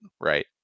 right